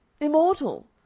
Immortal